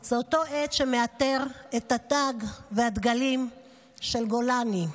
הוא אותו עץ שמעטר את התג והדגלים של גולני.